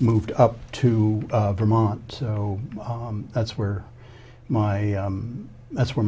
moved up to vermont so that's where my that's where